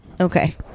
Okay